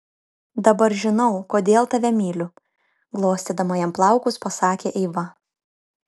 dabar žinau kodėl tave myliu glostydama jam plaukus pasakė eiva